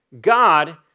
God